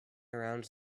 around